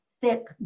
thick